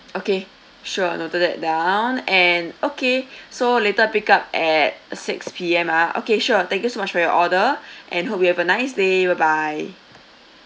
okay sure I've noted that down and okay so later pick up at six P_M ah okay sure thank you so much for your order and hope you have a nice day bye bye